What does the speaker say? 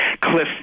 cliff